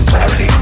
Clarity